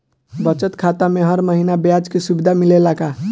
बचत खाता में हर महिना ब्याज के सुविधा मिलेला का?